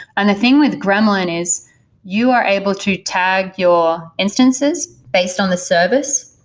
and the thing with gremlin is you are able to tag your instances based on the service.